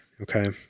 Okay